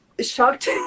shocked